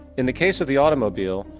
in the case of the automobile,